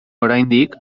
oraindik